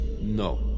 no